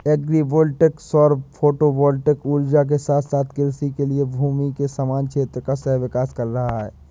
agree voltaic सौर photovoltaic ऊर्जा के साथ साथ कृषि के लिए भूमि के समान क्षेत्र का सह विकास कर रहा है